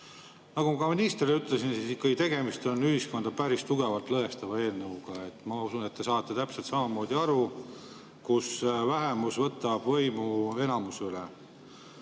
Nagu minister ütles, tegemist on ühiskonda päris tugevalt lõhestava eelnõuga. Ma usun, et te saate täpselt samamoodi aru, et vähemus võtab võimu enamuse üle.